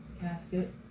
casket